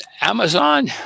Amazon